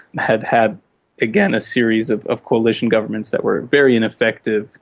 had had again a series of of coalition governments that were very ineffective,